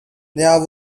there